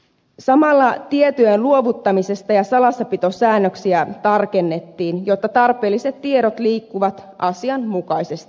samalla tietojenluovuttamis ja salassapitosäännöksiä tarkennettiin jotta tarpeelliset tiedot liikkuvat asianmukaisesti